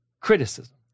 criticism